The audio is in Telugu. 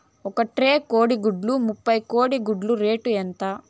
ఒక ట్రే కోడిగుడ్లు ముప్పై గుడ్లు కోడి గుడ్ల రేటు ఎంత?